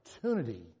opportunity